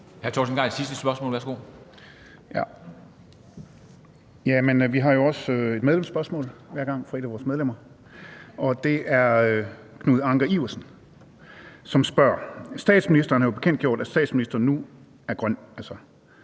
Torsten Gejl (ALT): Vi har jo også hver gang et spørgsmål fra et af vores medlemmer, og det er Knud Anker Iversen, som spørger: Statsministeren har jo bekendtgjort, at statsministeren nu er grøn,